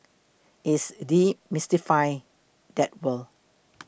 it's demystify that word